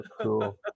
Cool